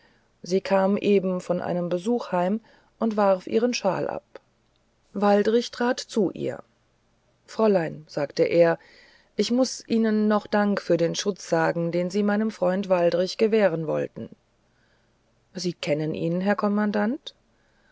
sie kam eben von einem besuche heim und warf ihren schal ab waldrich trat zu ihr fräulein sagte er ich muß ihnen noch dank für den schutz sagen den sie meinem freunde waldrich gewähren wollten sie kennen ihn herr kommandant